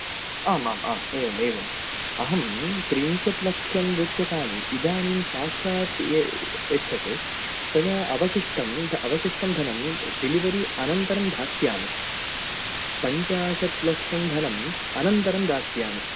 आम् आम् आम् एवम् एवम् अहं त्रिंशत्लक्षं रूप्यकाणि इदानीं साक्षात् यच्छतु तदा अवशिष्टम् अवशिष्टं धनं डेलिवरि अनन्तरं धास्यामि पञ्चाशत्लक्षं धनम् अनन्तरं दास्यामि